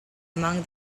among